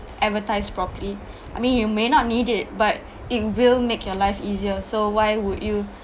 advertised properly I mean you may not need it but it will make your life easier so why would you